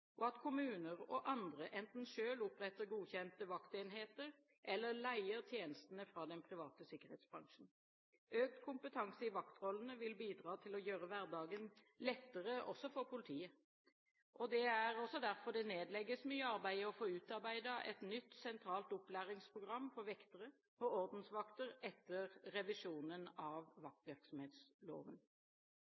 og at kommuner og andre enten selv oppretter godkjente vaktenheter eller leier tjenestene fra den private sikkerhetsbransjen. Økt kompetanse i vaktrollene vil bidra til å gjøre hverdagen lettere også for politiet. Det er også derfor det nedlegges mye arbeid i å få utarbeidet et nytt sentralt opplæringsprogram for vektere og ordensvakter etter revisjonen av